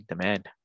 demand